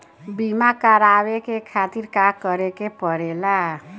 बीमा करेवाए के खातिर का करे के पड़ेला?